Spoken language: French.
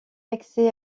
accès